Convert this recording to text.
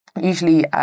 usually